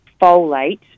folate